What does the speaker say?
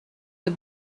the